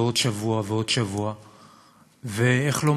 ועוד שבוע ועוד שבוע,